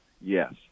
Yes